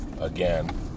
again